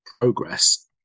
progress